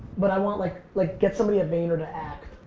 but i want, like like get somebody at vayner to act.